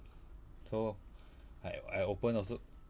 so I I open also